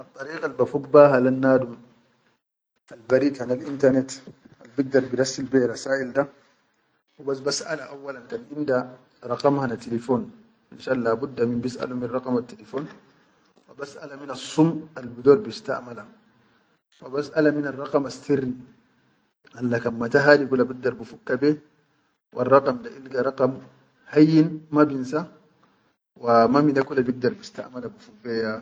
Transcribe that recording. Addariqal bafuk le ha lel nadum al barid hanal intanet al bigdar bi rassil be ha rassaʼil da, hubas basʼala auwalan inda raqaman hanil telefon finshan laguda min bisalʼum raqaman telefon wa basʼala mina sum albi raqaman sirri alla kan mata hadi bigdar bifuk be warraqaman ilga raqaman ma binsa wa ma minne kula bigdar bistaʼamala bifuk le ha.